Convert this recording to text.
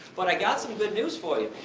but i got some good news for you,